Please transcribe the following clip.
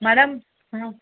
madam ହଁ